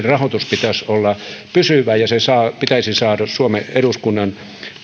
rahoituksen pitäisi olla pysyvää ja se pitäisi saada suomen eduskunnan